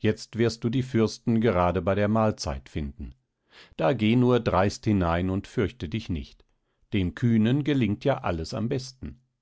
jetzt wirst du die fürsten gerade bei der mahlzeit finden da geh nur dreist hinein und fürchte dich nicht dem kühnen gelingt ja alles am besten